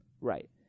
Right